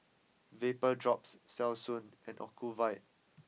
VapoDrops Selsun and Ocuvite